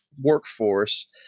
workforce